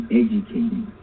educating